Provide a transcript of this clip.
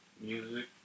Music